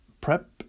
prep